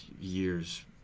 years